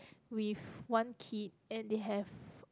with one kid and they have